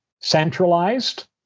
centralized